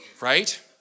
Right